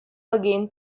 again